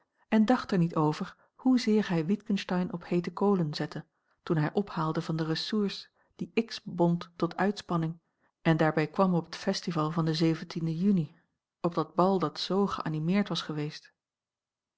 en dacht er niet over hoezeer hij witgensteyn op heete kolen zette toen hij ophaalde van de ressources die x bond tot uitspanning den en daarbij kwam op het festival van den uni op dat bal dat zoo geanimeerd was geweest